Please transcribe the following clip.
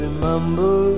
Remember